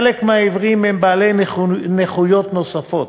חלק מהעיוורים הם בעלי נכויות נוספות: